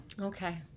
Okay